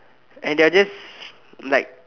and they're just like